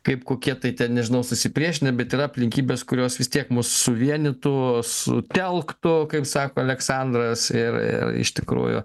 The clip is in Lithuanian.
kaip kokie tai ten nežinau susipriešinę bet yra aplinkybės kurios vis tiek mus suvienytų sutelktų kaip sako aleksandras ir ir iš tikrųjų